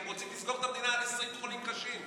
הם רוצים לסגור את המדינה על 20 חולים קשים.